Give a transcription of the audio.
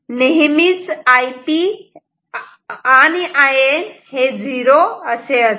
नेहमी Ip In 0 असे असते